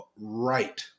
right